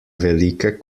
velike